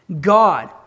God